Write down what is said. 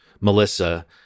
Melissa